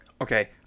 Okay